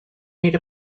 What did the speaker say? made